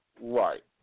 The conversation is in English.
Right